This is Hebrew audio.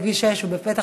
בכביש 6 ובפתח-תקווה,